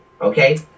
Okay